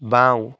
বাওঁ